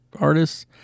artists